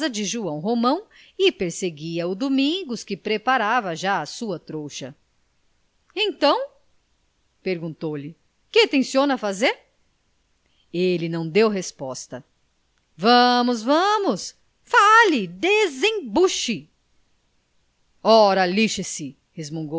joão romão e perseguia o domingos que preparava já a sua trouxa então perguntou-lhe que tenciona fazer ele não deu resposta vamos vamos fale desembuche ora lixe se